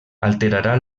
alterarà